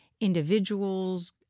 individuals